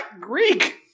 Greek